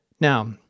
Now